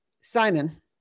Simon